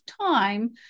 time